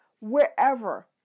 wherever